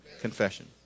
Confession